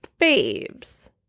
faves